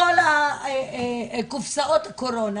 מכל קופסאות הקורונה,